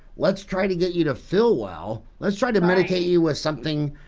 let's try to get you to fill well let's try to medicate you with something